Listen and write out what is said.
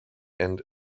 and